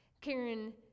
Karen